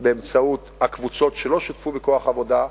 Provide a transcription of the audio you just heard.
באמצעות הקבוצות שלא שותפו בכוח העבודה.